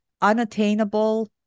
unattainable